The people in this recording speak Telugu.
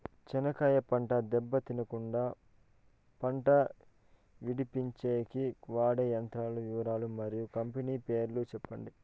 చెనక్కాయ పంట దెబ్బ తినకుండా కుండా పంట విడిపించేకి వాడే యంత్రాల వివరాలు మరియు కంపెనీల పేర్లు చెప్పండి?